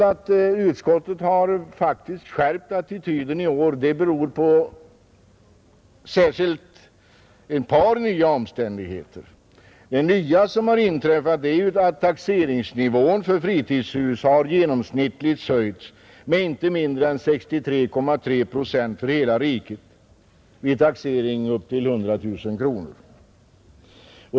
Att utskottet faktiskt skärpt attityden i år beror särskilt på ett par nya omständigheter. Det nya som har inträffat är att taxeringsnivån för fritidshus genomsnittligt höjts med inte mindre än 63,3 procent vid taxering upp till 100 000 kronor.